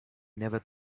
never